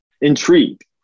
intrigued